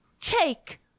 take